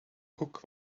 hook